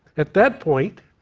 at that point,